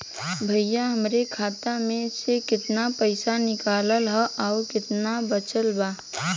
भईया हमरे खाता मे से कितना पइसा निकालल ह अउर कितना बचल बा?